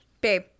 Babe